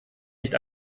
nicht